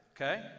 okay